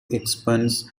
expanse